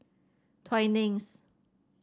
Twinings